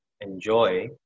enjoy